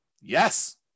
Yes